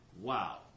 Wow